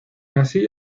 así